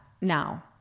now